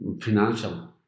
financial